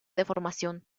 deformación